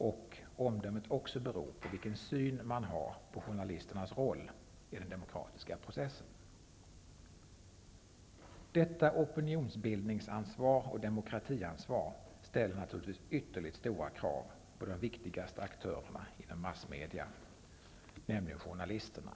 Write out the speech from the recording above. Omdömet beror också på vilken syn man har på journalisternas roll i den demokratiska processen. Detta opinionsbildnings och demokratiansvar ställer naturligtvis ytterligt stora krav på de viktigaste aktörerna inom massmedia, nämligen journalisterna.